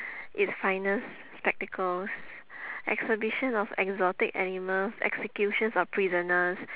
it's finest spectacles exhibition of exotic animals executions of prisoners